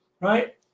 right